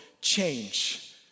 change